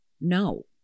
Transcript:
no